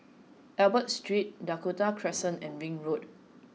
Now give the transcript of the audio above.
Albert Street Dakota Crescent and Ring Road